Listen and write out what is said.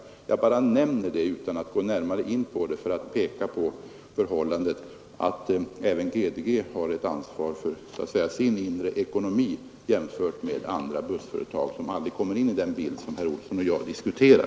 Jag bara nämner detta utan att gå närmare in på saken, eftersom jag vill peka på att även GDG har ett ansvar för sin så att säga inre ekonomi, jämfört med andra bussföretag som aldrig kommer in i den bild som herr Olsson och jag här diskuterar.